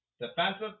Defensive